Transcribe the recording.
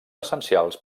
essencials